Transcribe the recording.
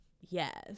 yes